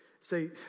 say